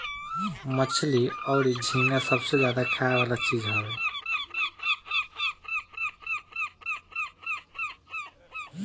मछली अउरी झींगा सबसे ज्यादा खाए वाला चीज हवे